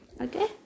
Okay